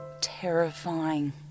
terrifying